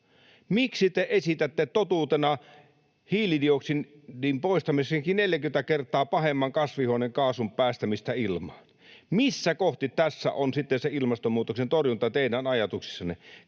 Miksi te esitätte totuutena, hiilidioksidin poistamisenakin, 40 kertaa pahemman kasvihuonekaasun päästämistä ilmaan? Missä kohti tässä on sitten se ilmastonmuutoksen torjunta teidän ajatuksissanne?